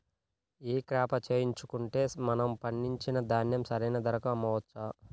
ఈ క్రాప చేయించుకుంటే మనము పండించిన ధాన్యం సరైన ధరకు అమ్మవచ్చా?